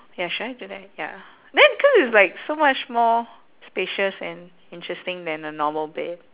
ya should I do that ya then cause it's like so much more spacious and interesting than a normal bed